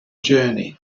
journey